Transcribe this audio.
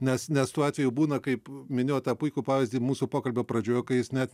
nes nes tuo atveju būna kaip minėjot tą puikų pavyzdį mūsų pokalbio pradžioje kai jis net